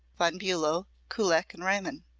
von bulow, kullak and riemann.